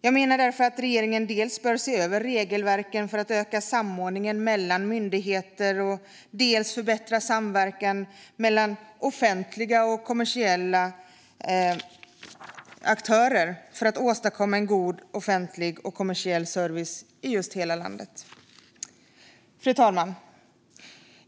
Jag menar därför att regeringen dels bör se över regelverken för att öka samordningen mellan myndigheter, dels förbättra samverkan mellan offentliga och kommersiella aktörer för att åstadkomma en god offentlig och kommersiell service i hela landet. Fru talman!